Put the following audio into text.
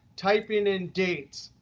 typing in dates,